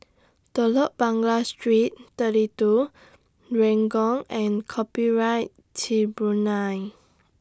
Telok Blangah Street thirty two Renjong and Copyright Tribunal